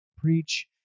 preach